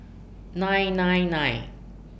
nine nine nine